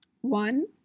One